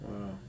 Wow